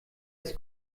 ist